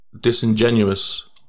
disingenuous